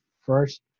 first